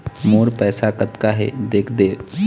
मोर पैसा कतका हे देख देव?